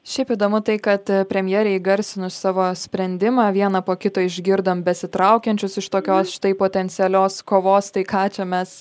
šiaip įdomu tai kad premjerei įgarsinus savo sprendimą vieną po kito išgirdom besitraukiančius iš tokios štai potencialios kovos tai ką čia mes